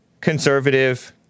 conservative